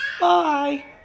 bye